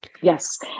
Yes